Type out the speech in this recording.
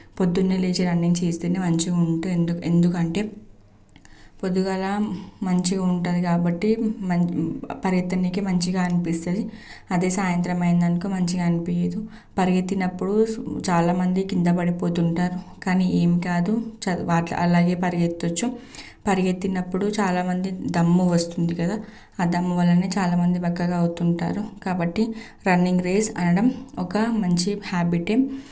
పొద్దున్నే లేచి రన్నింగ్ చేస్తేనే మంచిగుంట ఎందు ఎందుకంటే పొద్దుగల మంచిగా ఉంటుంది కాబట్టి పరిగెత్తడానికి మంచిగా అనిపిస్తుంది అదే సాయంత్రం అయ్యింది అనుకో మంచిగా అనిపించదు పరిగెత్తినప్పుడు చాలామంది కింద పడిపోతుంటారు కానీ ఏమి కాదు అలాగే పరిగెత్తొచ్చు పరిగెత్తినప్పుడు చాలామంది దమ్ము వస్తుంది కదా ఆ దమ్ము వల్లనే చాలామంది బక్కగా అవుతుంటారు కాబట్టి రన్నింగ్ రేస్ అనడం ఒక మంచి హ్యాబిటిమ్